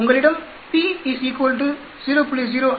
உங்களிடம் p 0